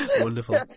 Wonderful